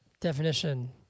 Definition